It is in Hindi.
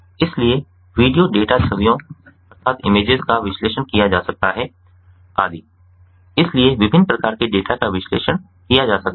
इसलिए वीडियो डेटा छवियों का विश्लेषण किया जा सकता है इत्यादि इसलिए विभिन्न प्रकार के डेटा का विश्लेषण किया जा सकता है